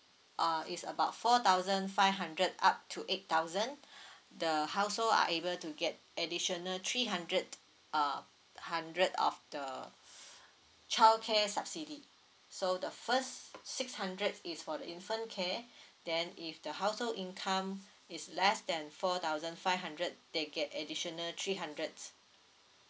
uh is about four thousand five hundred up to eight thousand the household are able to get additional three hundred uh hundred of the childcare subsidy so the first six hundred is for the infant care then if the household income is less than four thousand five hundred they get additional three hundred